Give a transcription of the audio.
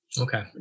Okay